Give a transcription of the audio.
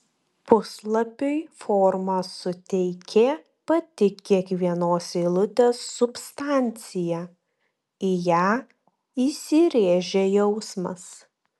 puslapiui formą suteikė pati kiekvienos eilutės substancija į ją įsirėžė jausmas